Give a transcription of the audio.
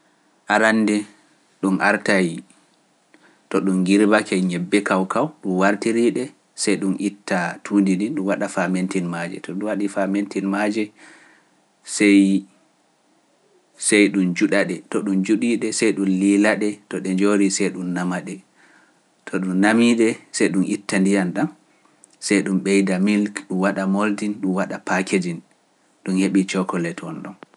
Arannde ɗum arta yi, to ɗum girbake ñebbe kaw kaw, ɗum wartirii ɗe, sey ɗum itta tuundi ɗi, ɗum waɗa famentin maaje, to ɗum waɗi famentin maaje, sey ɗum juɗa ɗe, to ɗum juɗii ɗe, sey ɗum lila ɗe, to ɗe njoori, sey ɗum nama ɗe, to ɗum nami ɗe, sey ɗum itta ndiyam ɗam, sey ɗum ɓeyda milik, ɗum waɗa mooldin, ɗum waɗa pakejin, ɗum heɓi coklete won ɗon.